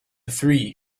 three